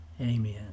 Amen